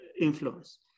influence